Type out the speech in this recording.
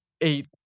eight